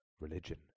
religion